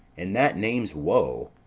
and that name's woe.